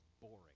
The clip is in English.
boring